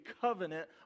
covenant